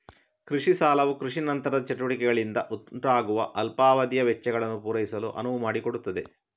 ಕೃಷಿ ಸಾಲವು ಕೃಷಿ ನಂತರದ ಚಟುವಟಿಕೆಗಳಿಂದ ಉಂಟಾಗುವ ಅಲ್ಪಾವಧಿಯ ವೆಚ್ಚಗಳನ್ನು ಪೂರೈಸಲು ಅನುವು ಮಾಡಿಕೊಡುತ್ತದೆ